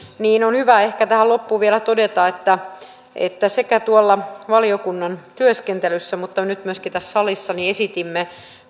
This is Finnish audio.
niin on hyvä ehkä tähän loppuun vielä todeta että että sekä valiokunnan työskentelyssä että myöskin nyt tässä salissa esitimme